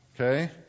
okay